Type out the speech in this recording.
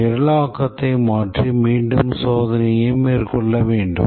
நிரலாக்கத்தை மாற்றி மீண்டும் சோதனையை மேற்கொள்ள வேண்டும்